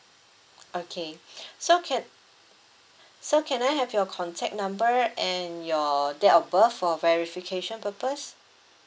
okay so can so can I have your contact number and your date of birth for verification purpose